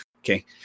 Okay